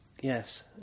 Yes